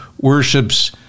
worships